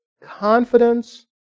confidence